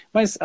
Mas